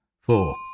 Four